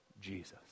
Jesus